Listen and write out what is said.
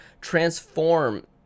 transform